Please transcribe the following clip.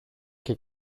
και